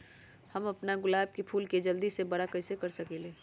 हम अपना गुलाब के फूल के जल्दी से बारा कईसे कर सकिंले?